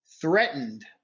threatened